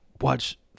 Watch